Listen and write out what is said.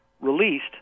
released